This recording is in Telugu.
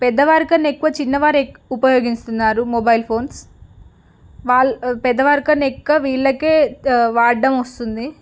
పెద్దవారికన్నా ఎక్కువ చిన్నవారు ఎ ఉపయోగిస్తున్నారు మొబైల్ ఫోన్స్ వాళ్ళ పెద్దవారికన్నా ఎక్కువ వీళ్ళకే వాడడం వస్తుంది